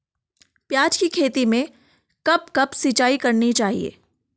प्याज़ की खेती में कब कब सिंचाई करनी चाहिये?